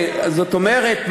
זאת אומרת,